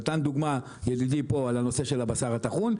נתן דוגמה ידידי פה על הנושא של הבשר הטחון,